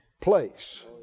place